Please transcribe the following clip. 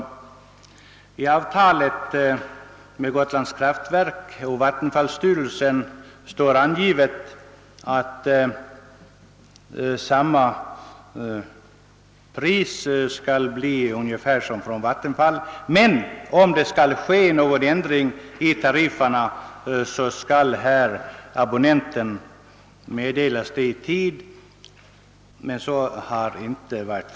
Men i avtalet mellan Gotlands Kraftverk och vattenfallsstyrelsen står det att Vattenfalls priser skall gälla, och om någon ändring av tarifferna skall göras, skall detta meddelas av abonnenten i god tid. Så har dock inte skett.